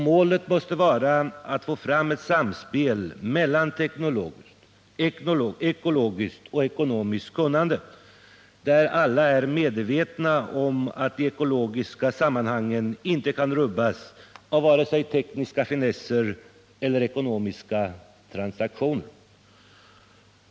Målet måste vara att få fram ett samspel mellan teknologiskt, ekologiskt och ekonomiskt kunnande, där alla är medvetna om att de ekologiska sammanhangen inte kan rubbas av vare sig tekniska finesser eller ekonomiska transaktioner.